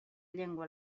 llengua